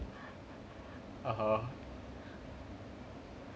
(uh huh)